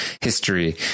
history